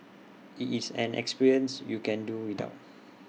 IT is an experience you can do without